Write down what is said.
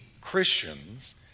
Christians